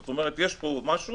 זאת אומרת, יש פה משהו